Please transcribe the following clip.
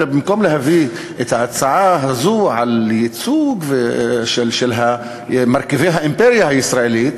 במקום להביא את ההצעה הזאת על ייצוג של מרכיבי האימפריה הישראלית,